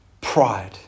pride